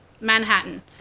Manhattan